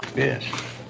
this